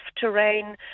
terrain